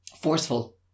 forceful